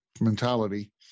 mentality